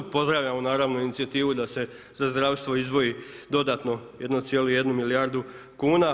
Pozdravljamo naravno inicijativu da se za zdravstvo izdvoji dodatno 1,1 milijardu kuna.